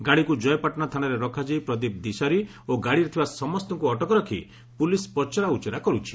ଗାଡ଼ିକୁ କୟପାଟଶା ଥାନାରେ ରଖାଯାଇ ପ୍ରଦୀପ ଦିଶାରୀ ଓ ଗାଡ଼ିରେ ଥିବା ସମସ୍ତଙ୍କୁ ଅଟକ ରଖି ପୁଲିସ୍ ପଚରାଉଚୁରା କରୁଛି